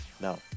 no